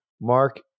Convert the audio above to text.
Mark